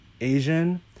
Asian